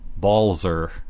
Balzer